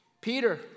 Peter